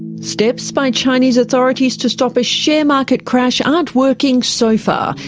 steps by chinese authorities to stop a share market crash aren't working so far,